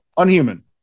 unhuman